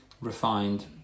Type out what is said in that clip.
refined